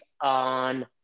on